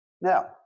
Now